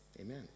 amen